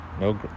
no